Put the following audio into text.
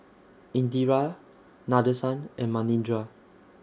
Indira Nadesan and Manindra